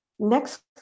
Next